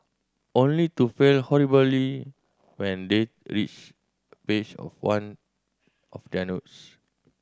only to fail horribly when they reach page of one of their notes